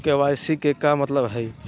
KYC के का मतलब हई?